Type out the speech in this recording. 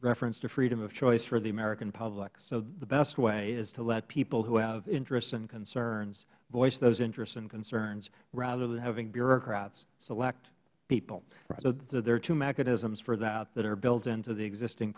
reference to freedom of choice for the american public so the best way is to let people who have interests and concerns voice those interests and concerns rather than having bureaucrats select people there are two mechanisms for that that are built into the existing